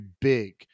big